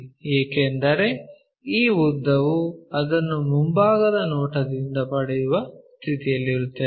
ಏಕೆಂದರೆ ಈ ಉದ್ದವು ಅದನ್ನು ಮುಂಭಾಗದ ನೋಟದಿಂದ ಪಡೆಯುವ ಸ್ಥಿತಿಯಲ್ಲಿರುತ್ತೇವೆ